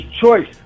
choice